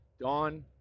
dawn